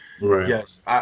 yes